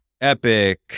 Epic